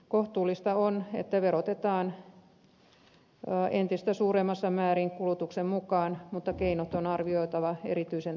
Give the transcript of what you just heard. kohtuullista on että verotetaan entistä suuremmassa määrin kulutuksen mukaan mutta keinot on arvioitava erityisen tarkkaan